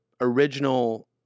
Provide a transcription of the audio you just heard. original